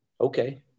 Okay